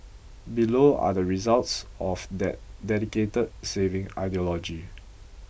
below are the results of that dedicated saving ideology